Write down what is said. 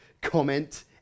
comment